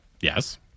Yes